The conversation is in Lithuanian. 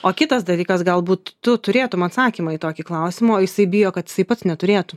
o kitas dalykas galbūt tu turėtum atsakymą į tokį klausimą o jisai bijo kad jisai pats neturėtų